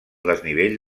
desnivell